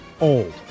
Old